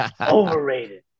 Overrated